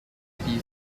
city